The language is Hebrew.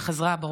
שחזרה הביתה,